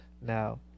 Now